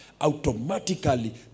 automatically